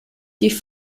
die